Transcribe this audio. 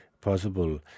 possible